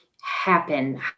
happen